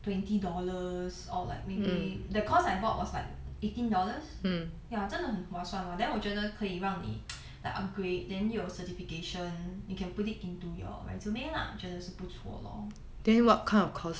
twenty dollars or like maybe the course I bought was like eighteen dollars ya 真的很划算哦 then 我觉得可以让你 like upgrade then 又有 certification you can put it into your resume lah 我觉得是不错 lor